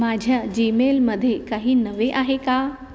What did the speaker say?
माझ्या जीमेलमध्ये काही नवे आहे का